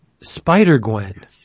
Spider-Gwen